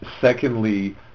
Secondly